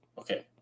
Okay